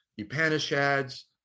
Upanishads